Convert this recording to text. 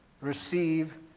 receive